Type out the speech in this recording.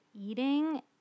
eating